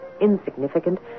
insignificant